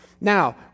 Now